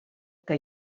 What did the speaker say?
que